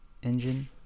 engine